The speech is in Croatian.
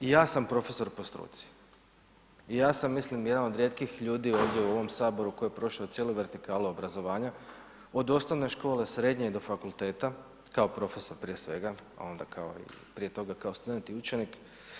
I ja sam profesor po struci i ja sam mislim jedan od rijetkih ljudi ovdje u ovom saboru koji je prošao cijelu vertikalu obrazovanja, od osnovne škole, srednje do fakulteta kao profesor prije svega, a onda kao, prije toga kao student i učenik.